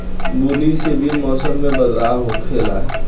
बुनी से भी मौसम मे बदलाव होखेले